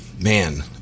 Man